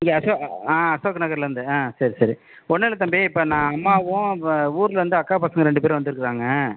இங்கே அசோ ஆ அசோக் நகர்லேருந்து ஆ சரி சரி ஒன்றும் இல்லை தம்பி இப்போ நான் அம்மாவும் ஊருலேருந்து அக்கா பசங்க ரெண்டு பேரும் வந்துருக்கிறாங்க